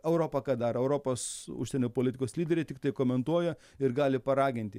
europa ką daro europos užsienio politikos lyderiai tiktai komentuoja ir gali paraginti